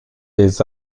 des